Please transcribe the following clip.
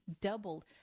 doubled